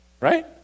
Right